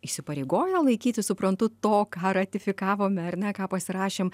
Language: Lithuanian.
įsipareigoję laikytis suprantu to ką ratifikavome ar ne ką pasirašėm